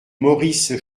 maurice